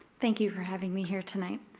thank you for having me here tonight.